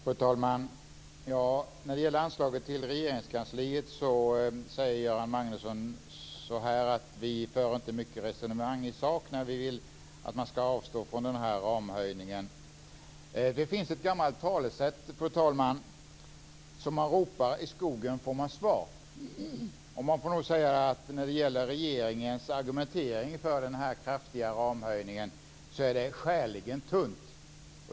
Fru talman! När det gäller anslaget till Regeringskansliet säger Göran Magnusson att vi inte för mycket resonemang i sak när vi vill att man skall avstå från ramhöjningen. Det finns ett gammalt talesätt, fru talman: Som man ropar i skogen får man svar. Man får nog säga att regeringens argumentering för denna kraftiga ramhöjning är skäligen tunn.